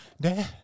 Dad